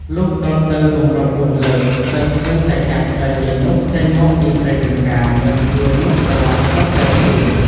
លុះដុតទៅគម្រប់ ៤ លើក ទើបឃើញតាចាស់ប្តីយាយនោះ ចេញមកពីព្រៃចម្ការ មានខ្លួននោះប្រឡាក់សុទ្ធតែធ្យូង